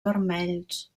vermells